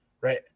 right